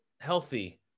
healthy